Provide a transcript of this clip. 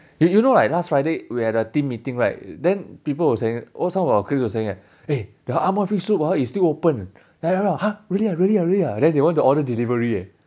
you you know right last friday we had a team meeting right then people were saying some of our colleagues were saying eh eh the amoy fish soup ah is still open ya ya ya !huh! really ah really ah really ah then they want to order delivery eh